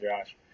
Josh